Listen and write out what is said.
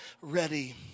ready